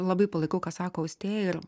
labai palaikau ką sako austėja ir